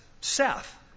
Seth